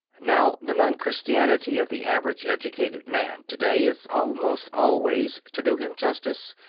now, the non-christianity of the average educated man to-day is almost always, to do him justice,